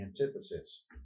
antithesis